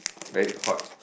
very hot